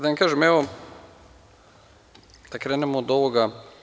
Da vam kažem, evo, da krenemo od ovoga.